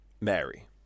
Mary